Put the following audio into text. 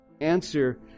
Answer